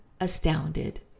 astounded